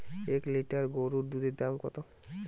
এক লিটার গোরুর দুধের দাম কত?